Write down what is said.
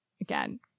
Again